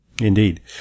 Indeed